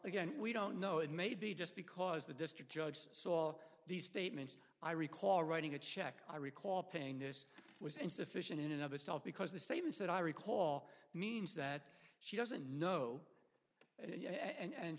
again we don't know it may be just because the district judge saw these statements i recall writing a check i recall paying this was insufficient in another self because the statements that i recall means that she doesn't know